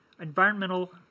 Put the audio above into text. environmental